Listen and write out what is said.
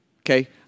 Okay